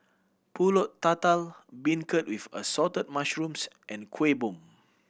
Pulut Tatal beancurd with Assorted Mushrooms and Kuih Bom